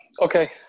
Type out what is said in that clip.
Okay